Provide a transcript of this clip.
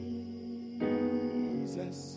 Jesus